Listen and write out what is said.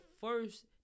first